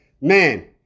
man